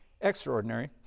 extraordinary